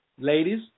ladies